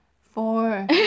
Four